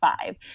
five